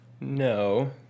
no